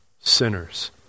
sinners